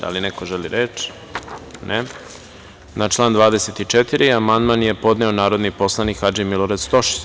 Da li neko želi reč? (Ne.) Na član 24. amandman je podneo narodni poslanik Hadži Milorad Stošić.